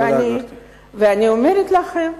אני אומרת לכם,